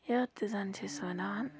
یَتھ تہِ زَن چھِ أسۍ وَنان